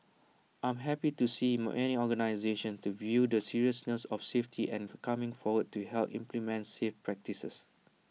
I am happy to see my many organisations the view the seriousness of safety and coming forward to help implement safe practices